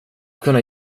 kunna